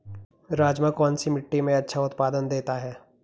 राजमा कौन सी मिट्टी में अच्छा उत्पादन देता है?